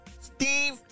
Steve